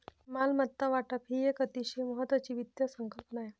मालमत्ता वाटप ही एक अतिशय महत्वाची वित्त संकल्पना आहे